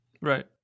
Right